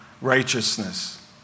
righteousness